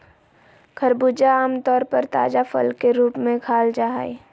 खरबूजा आम तौर पर ताजा फल के रूप में खाल जा हइ